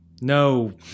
No